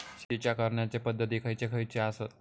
शेतीच्या करण्याचे पध्दती खैचे खैचे आसत?